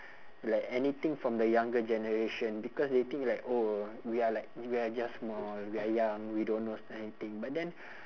like anything from the younger generation because they think like oh we are like we are just small we are young we don't know anything but then